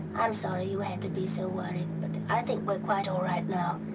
i'm sorry you had to be so worried, but i think we're quite all right now.